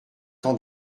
temps